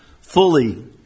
fully